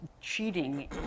cheating